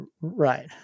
right